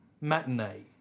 matinee